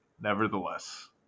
Nevertheless